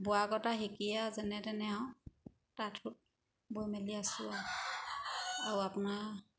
বোৱা কটা শিকি আৰু যেনে তেনে আৰু তাঁত সোত বৈ মেলি আছোঁ আৰু আৰু আপোনাৰ